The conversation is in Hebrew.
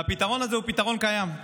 הפתרון הזה הוא פתרון קיים,